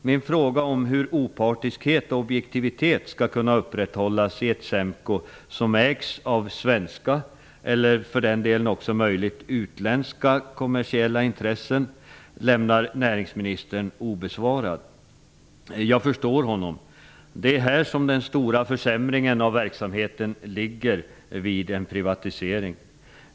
Min fråga hur opartiskhet och objektivitet skall kunna upprätthållas i ett SEMKO som ägs av svenska, eller för den delen möjligen också utländska, kommersiella intressen lämnar näringsministern obesvarad. Jag förstår honom. Det är här som den stora försämringen av verksamheten ligger vid en privatisering.